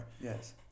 yes